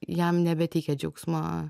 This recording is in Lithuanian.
jam nebeteikia džiaugsmo